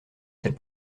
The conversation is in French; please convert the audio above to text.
tels